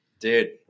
Dude